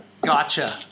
Gotcha